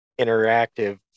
interactive